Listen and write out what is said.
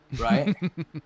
right